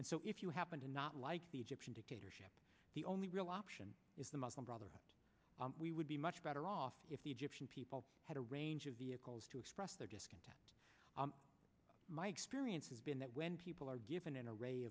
and so if you happen to not like the egyptian dictatorship the only real option is the muslim brotherhood we would be much better off if the egyptian people had a range of vehicles to express their discontent my experience has been that when people are given an array